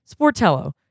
Sportello